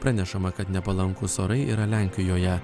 pranešama kad nepalankūs orai yra lenkijoje